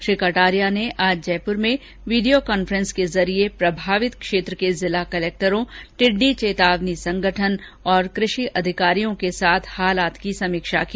श्री कटारिया ने आजजयप्र में वीडियो कांफ्रेस के जरिए प्रभावित क्षेत्र के जिला कलेक्टरों टिड़डी चेतावनी संगठन और कृषि अधिकारियों के साथ हालात की समीक्षा की